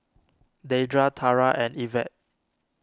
Deidra Tarah and Yvette